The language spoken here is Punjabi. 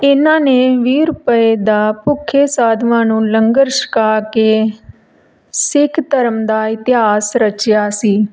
ਇਹਨਾਂ ਨੇ ਵੀਹ ਰੁਪਏ ਦਾ ਭੁੱਖੇ ਸਾਧੂਆਂ ਨੂੰ ਲੰਗਰ ਛਕਾ ਕੇ ਸਿੱਖ ਧਰਮ ਦਾ ਇਤਿਹਾਸ ਰਚਿਆ ਸੀ